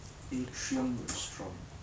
atrium restaurant